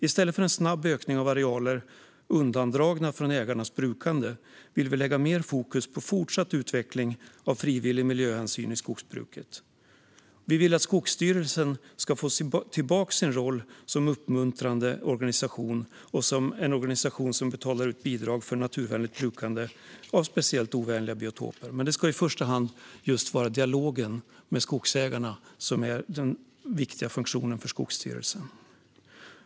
I stället för en snabb ökning av arealer som är undandragna från ägarnas brukande vill vi lägga mer fokus på fortsatt utveckling av frivillig miljöhänsyn i skogsbruket. Vi vill att Skogsstyrelsen ska få tillbaka sin roll som uppmuntrande organisation, som betalar ut bidrag för naturvänligt brukande av speciellt ovanliga biotoper. Men Skogsstyrelsens viktiga funktion ska i första hand vara dialogen med skogsägarna.